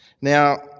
Now